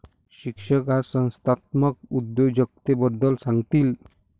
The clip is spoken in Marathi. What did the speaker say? शिक्षक आज संस्थात्मक उद्योजकतेबद्दल सांगतील